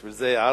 בשביל זה הערנו: